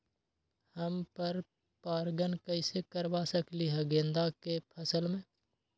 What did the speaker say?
हम पर पारगन कैसे करवा सकली ह गेंदा के फसल में?